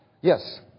yes